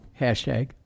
hashtag